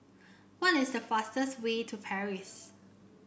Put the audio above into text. what is the fastest way to Paris